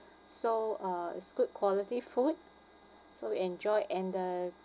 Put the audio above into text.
so uh it's good quality food so we enjoyed and the